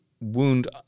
wound